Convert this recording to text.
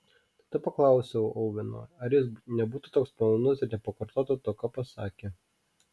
tada paklausiau oveno ar jis nebūtų toks malonus ir nepakartotų to ką pasakė